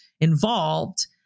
involved